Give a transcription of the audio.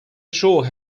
sure